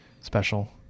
special